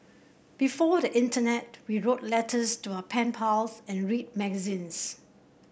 before the internet we wrote letters to our pen pals and read magazines